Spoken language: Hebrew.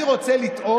אני רוצה לטעות, לא,